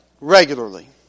regularly